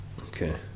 Okay